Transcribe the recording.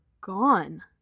gone